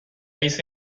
رئیس